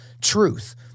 truth